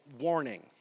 warning